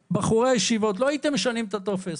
לולא הייתם משנים את הטופס